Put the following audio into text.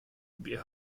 wir